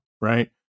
Right